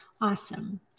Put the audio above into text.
Awesome